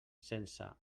sense